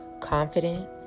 confident